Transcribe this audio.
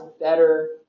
better